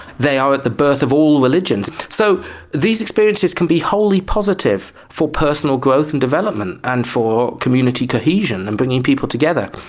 they are at the birth of all religions. so these experiences can be wholly positive for personal growth and development and for community cohesion and bringing people together.